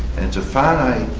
it's a finite,